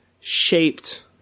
shaped